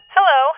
Hello